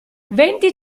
venti